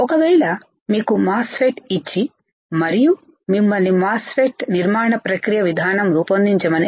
ఒకవేళ మీకు మాస్ఫెట్ ఇచ్చి మరియు మిమ్మల్ని మాస్ఫెట్ నిర్మాణ ప్రక్రియ విధానం రూపొందించమని